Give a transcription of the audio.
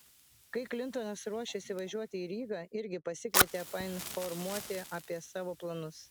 kai klintonas ruošėsi važiuoti į rygą irgi pasikvietė painformuoti apie savo planus